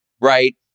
right